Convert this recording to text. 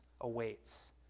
awaits